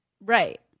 Right